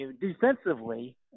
defensively